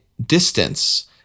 distance